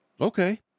Okay